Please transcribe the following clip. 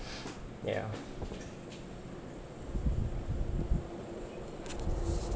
ya